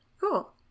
cool